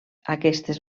aquestes